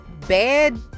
bad